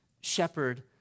shepherd